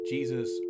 Jesus